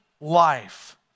life